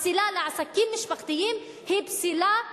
הפסילה של עסקים משפחתיים היא פסילה אי-שוויונית,